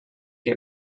que